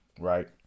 Right